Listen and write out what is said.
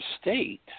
state